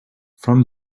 from